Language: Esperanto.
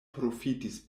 profitis